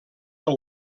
del